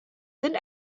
sind